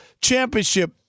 championship